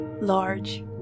large